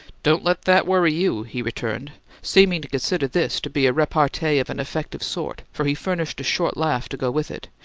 don't let that worry you! he returned, seeming to consider this to be repartee of an effective sort for he furnished a short laugh to go with it,